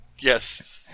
Yes